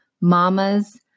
Mamas